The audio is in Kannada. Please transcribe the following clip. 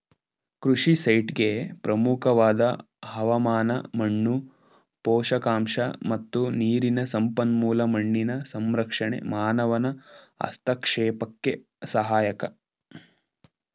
ಕೃಷಿ ಸೈಟ್ಗೆ ಪ್ರಮುಖವಾದ ಹವಾಮಾನ ಮಣ್ಣು ಪೋಷಕಾಂಶ ಮತ್ತು ನೀರಿನ ಸಂಪನ್ಮೂಲ ಮಣ್ಣಿನ ಸಂರಕ್ಷಣೆ ಮಾನವನ ಹಸ್ತಕ್ಷೇಪಕ್ಕೆ ಸಹಾಯಕ